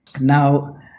Now